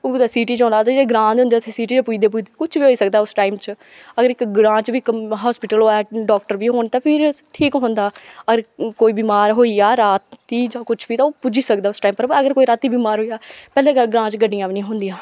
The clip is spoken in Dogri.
ओह् बी कुदै सिटी च होना ते जेह्ड़े ग्रांऽ दे होंदे सिटी च पुजदे पुजदे कुछ बी होई सकदा उस टाइम च अगर इक ग्रांऽ च बी इक हास्पिटल होऐ डाक्टर बी होन ते फिर ठीक होंदा अगर कोई बिमार होई जा रातीं जां कुछ बी ते ओह् पुज्जी सकदा टाइम उप्पर अगर कोई रातीं बिमार होई जा पैह्ले ग्रांऽ च गड्डियां बी नेईं होंदियां